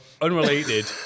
Unrelated